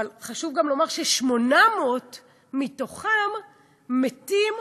אבל חשוב גם לומר ש-800 מתוכם מתים,